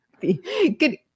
good